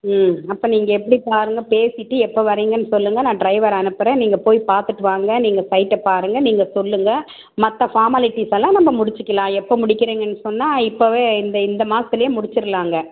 ம் அப்போ நீங்கள் எப்படி பாருங்கள் பேசிட்டு எப்போ வரீங்கன்னு சொல்லுங்கள் நான் ட்ரைவரை அனுப்புகிறேன் நீங்கள் போய் பார்த்துட்டு வாங்க நீங்கள் சைட்டை பாருங்கள் நீங்கள் சொல்லுங்கள் மற்ற ஃபார்மாலிட்டிஸ் எல்லாம் நம்ம முடிச்சுக்கிலாம் எப்போ முடிக்கிறிங்கன்னு சொன்னால் இப்போவே இந்த இந்த மாதத்துல முடிச்சிடலாங்க